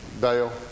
Dale